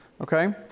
okay